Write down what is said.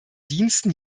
diensten